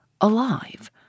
alive